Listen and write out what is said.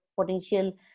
potential